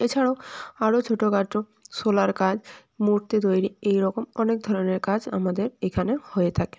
এছাড়াও আরো ছোটো খাটো শোলার কাজ মূর্তি তৈরি এই রকম অনেক ধরনের কাজ আমাদের এখানে হয়ে থাকে